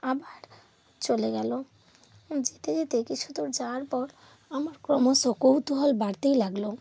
আবার চলে গেল যেতে যেতে কিছু দূর যাওয়ার পর আমার ক্রমশ কৌতূহল বাড়তেই লাগল